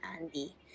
Andy